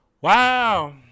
wow